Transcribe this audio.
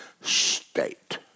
state